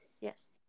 Yes